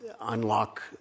unlock